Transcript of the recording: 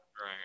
Right